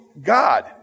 God